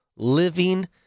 living